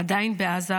עדיין בעזה,